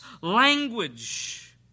language